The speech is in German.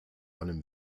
allem